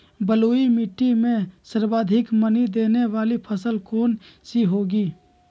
बलुई मिट्टी में सर्वाधिक मनी देने वाली फसल कौन सी होंगी?